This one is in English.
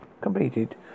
completed